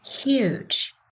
Huge